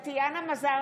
בעד מרב